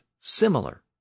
similar